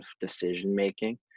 decision-making